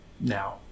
now